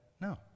no